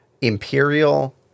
imperial